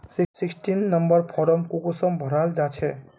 Sixteen number form कुंसम भराल जाछे?